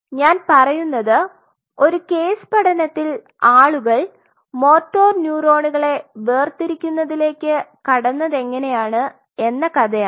ഞാൻ പറയുന്നത് ഒരു കേസ് പഠനത്തിൽ ആളുകൾ മോട്ടോർ ന്യൂറോണുകളെ വേർതിരിക്കുന്നതിലേക്ക് കടന്നതെങ്ങനെയാണ് എന്ന കഥയാണ്